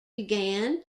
began